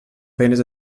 feines